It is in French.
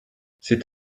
c’est